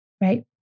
right